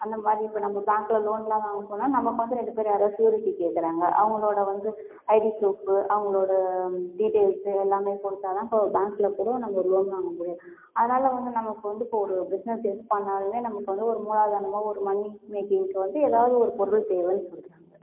அந்த மாதிரி இப்போ நம்ப பேங்கில் லோன்லாம் வாங்க போனால் நமக்கு வந்து ரெண்டு பேர் யாராவது சூரிட்டி கேட்குறாங்க அவங்களோட வந்து ஐடி ப்ரூஃப்பு அவங்களோட டீட்டியல்ஸு எல்லாமே கொடுத்தா தான் இப்போ பேங்க்கில் கூட நம்ப ஒரு லோன் வாங்க முடியும் அதனால வந்து நமக்கு வந்து இப்போ ஒரு பிஸ்னஸு எது பண்ணாலுமே நம்பளுக்கு வந்து ஒரு மூலாதானமா ஒரு மனி மேக்கிங்க்கு வந்து எதாவது ஒரு பொருள் தேவைனு சொல்லுறாங்க